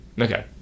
Okay